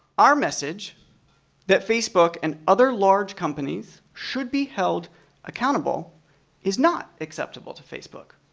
our message that facebook and other large companies should be held accountable is not acceptable to facebook.